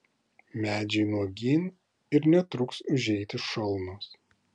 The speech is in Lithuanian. medžiai nuogyn ir netruks užeiti šalnos